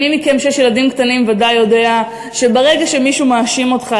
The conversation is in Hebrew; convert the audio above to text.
מי מכם שיש לו ילדים קטנים ודאי יודע שברגע שמישהו מאשים אותך,